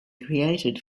created